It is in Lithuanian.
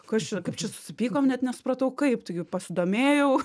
kas čia kaip čia susipykom net nesupratau kaip taigi pasidomėjau